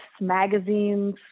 magazines